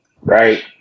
right